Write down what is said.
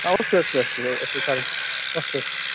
हा अस्ति अस्ति अस्ति अस्ति तद् अस्तु